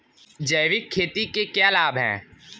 जैविक खेती के क्या लाभ हैं?